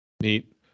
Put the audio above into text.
Neat